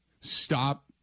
Stop